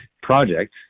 project